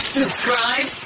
subscribe